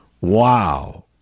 wow